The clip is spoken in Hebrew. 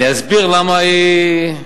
אני אסביר למה היא,